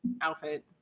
outfit